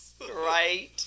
Right